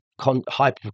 hyper